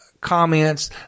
comments